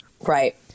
right